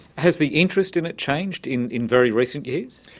has the interest in it changed in in very recent years?